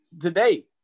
today